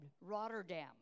Rotterdam